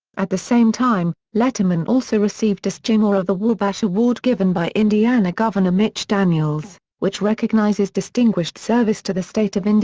at the same time, letterman also received a sagamore of the wabash award given by indiana governor mitch daniels, which recognizes distinguished service to the state of and